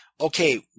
okay